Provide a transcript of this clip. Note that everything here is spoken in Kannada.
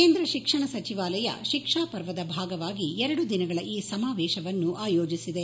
ಕೇಂದ್ರ ಶಿಕ್ಷಣ ಸಚಿವಾಲಯ ಶಿಕ್ಷಾ ಪರ್ವದ ಭಾಗವಾಗಿ ಎರಡು ದಿನಗಳ ಈ ಸಮಾವೇಶವನ್ನು ಆಯೋಜಿಸಿದೆ